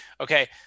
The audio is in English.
Okay